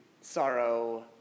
sorrow